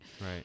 Right